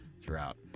throughout